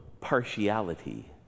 partiality